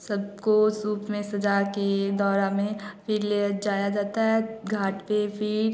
सबको सुफ में सजाकर दौरा में फ़िर ले जाया जाता है घाट पर फ़िर